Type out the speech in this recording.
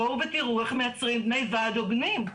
בואו תראו איך מייצרים דמי ועד הוגנים,